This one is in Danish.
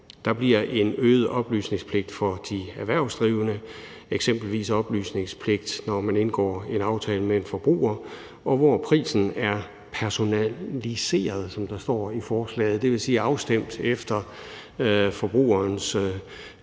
Der bliver en øget oplysningspligt for de erhvervsdrivende, eksempelvis når man indgår en aftale med en forbruger, hvor prisen er personaliseret, som der står i forslaget, hvilket vil sige afstemt efter forbrugerens